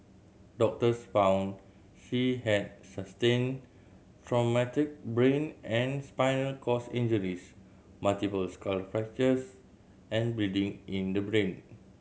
doctors found she had sustained traumatic brain and spinal cord injuries multiple skull fractures and bleeding in the brain